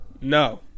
No